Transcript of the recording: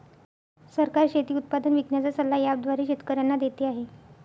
सरकार शेती उत्पादन विकण्याचा सल्ला ॲप द्वारे शेतकऱ्यांना देते आहे